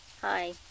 Hi